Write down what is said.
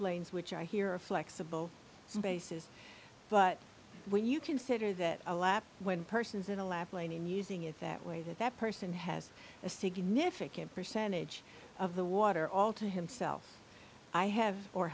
lap lanes which i hear a flexible basis but when you consider that a lap when persons in the lap lane using it that way that that person has a significant percentage of the water all to himself i have or